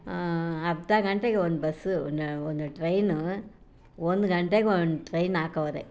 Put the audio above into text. ಅರ್ಧ ಗಂಟೆಗೆ ಒಂದು ಬಸ್ಸು ನ ಒಂದು ಟ್ರೈನು ಒಂದು ಗಂಟೆಗೊಂದು ಟ್ರೈನ್ ಹಾಕವ್ರೆ